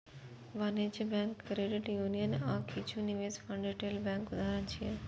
वाणिज्यिक bank, credit union आ किछु निवेश फंड रिटेल बैंकक उदाहरण छियै